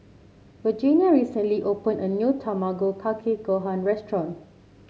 Virginia recently opened a new Tamago Kake Gohan restaurant